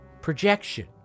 Projection